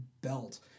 belt